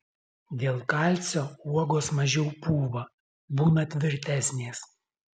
dėl kalcio uogos mažiau pūva būna tvirtesnės